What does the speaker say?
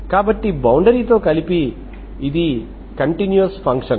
కాబట్టి బౌండరీతో కలిపి ఇది కంటిన్యూవస్ ఫంక్షన్